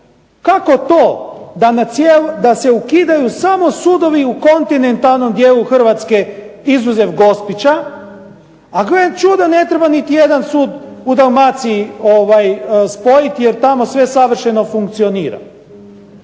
Kako to da se ukidaju samo sudovi u kontinentalnom dijelu Hrvatske, izuzev Gospića, a gle čuda ne treba niti jedan sud u Dalmaciji spojiti jer tamo sve savršeno funkcionira.